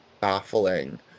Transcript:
baffling